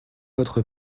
votre